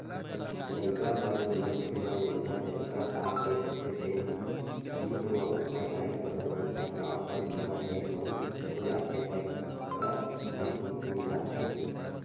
लइका बर जीवन बीमा योजना जतका साल के होथे तेन बीच म ओखर दाई ददा जेखर नांव म बीमा हे, मउत हो जाथे त किस्त म छूट मिल जाथे